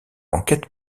enquête